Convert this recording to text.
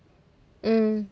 mm